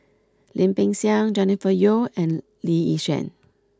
Lim Peng Siang Jennifer Yeo and Lee Yi Shyan